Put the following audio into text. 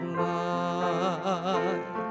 life